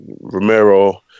Romero